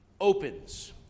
opens